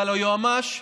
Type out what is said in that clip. אבל היועמ"ש,